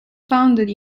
founded